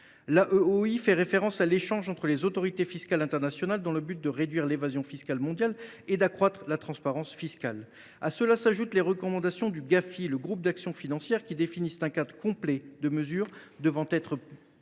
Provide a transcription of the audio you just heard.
ci fait référence à l’échange entre les autorités fiscales internationales, dans le but de réduire l’évasion fiscale mondiale et d’accroître la transparence fiscale. À cela s’ajoutent les recommandations du Groupe d’action financière (Gafi), qui définissent un cadre complet de mesures devant être mises